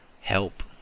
help